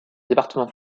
département